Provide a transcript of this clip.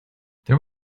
there